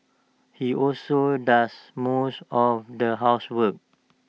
he also does most of the housework